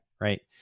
right